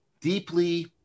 deeply